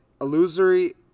illusory